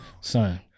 Son